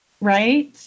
Right